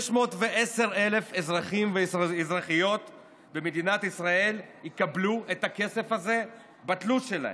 610,000 אזרחים ואזרחיות במדינת ישראל יקבלו את הכסף הזה בתלוש שלהם,